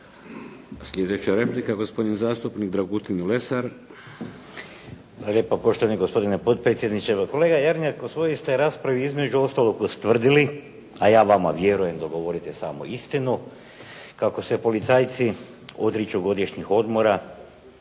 Sljedeća replika, gospodin zastupnik Dragutin Lesar. **Lesar, Dragutin (Nezavisni)** Hvala lijepa poštovani gospodine potpredsjedniče. Kolega Jarnjak u svojoj ste raspravi između ostalog ustvrdili, a ja vama vjerujem da govorite samo istinu, kako se policajci odriču godišnjih odmora,